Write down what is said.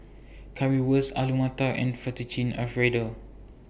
Currywurst Alu Matar and Fettuccine Alfredo